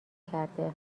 کرده